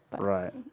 Right